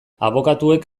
abokatuek